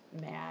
mad